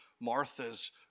Martha's